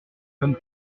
comme